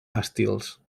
estils